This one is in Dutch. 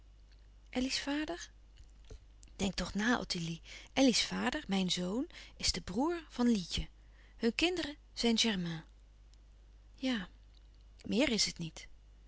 elly's vader denk toch na ottilie elly's vader mijn zoon is de broêr van lietje hun kinderen zijn germains ja meer is het niet